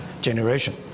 generation